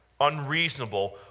unreasonable